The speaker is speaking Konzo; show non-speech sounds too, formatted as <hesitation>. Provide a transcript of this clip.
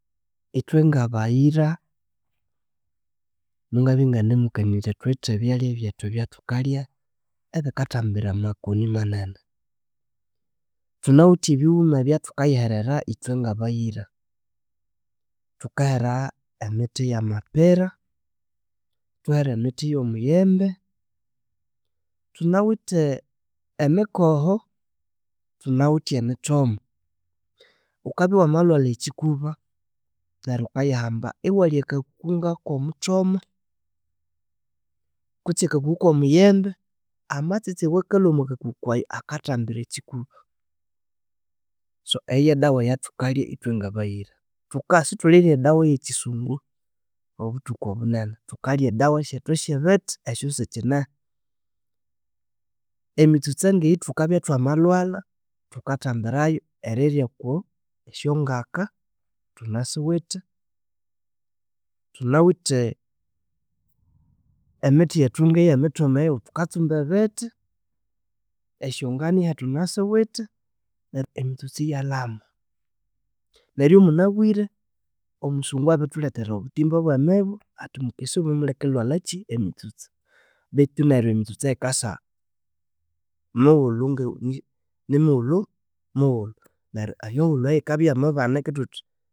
Ithwe ngabayira mungabya inganimukania nyithi thuwithe ebyalha bethu ebyathukalya ebikathambira amakoni manene. Thunawithe ebiwuma ebyathukayiherera. Ithwe ngabayira, thukahera emithi ya mapera, ithwehera emithi yomuyembe, thunawithe emikoho, thunawithe emithoma. Wukabya wamalhwalha ekyikuba neryo wukayahamba iwalhya kakuku ngakomuthoma kutsi akakuku oko muyembe, amatsitsi awakalhwa omwa kakuku ayo akathambira ekikuba. So eyo yedawa eyathukalya ithwe nabayira, tuka sithulirya edawa eya kyisungu obuthuku bunene, thukalhya edawa syethu syebithi esyosikineho. Emitsutsa ngeyi thukabya thwamalhwala thukathambirayo eriryaku esyongaka thunasiwithe, thunawithe, emithi yethu ngeyemithoma eyo thukatsumba ebithi, esyonganyahi thunasiwithe, neryo emitsutsa iyalhama. Neryo munabire omusungu abirithulethera obuthimba obwemibu athi mukesaye omo mulikilhwalha kyi emitsutsa, bethu neryo emitsutsa yikasa <hesitation> nimiwulhu muwulhu neryo emiwulhu eyo yikabya yamabanika thuthi